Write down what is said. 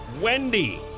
Wendy